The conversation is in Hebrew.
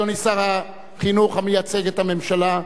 אדוני שר החינוך, המייצג את הממשלה,